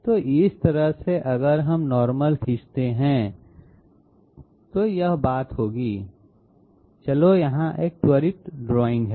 तो इस तरह से अगर हम नॉर्मल खींचते हैं तो यह बात होगी चलो यहाँ एक त्वरित ड्राइंग है